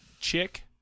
chick